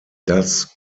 das